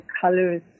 colors